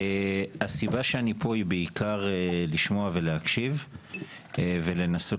הסיבה שאני פה היא בעיקר לשמוע ולהקשיב ולנסות